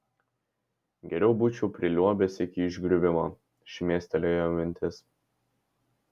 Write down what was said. geriau būčiau priliuobęs iki išgriuvimo šmėstelėjo mintis